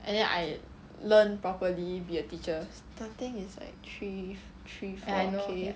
and then I learn properly be a teacher ya I know